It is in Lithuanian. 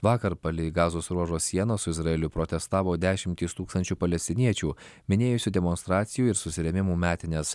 vakar palei gazos ruožo sienos su izraeliu protestavo dešimtys tūkstančių palestiniečių minėjusių demonstracijų ir susirėmimų metines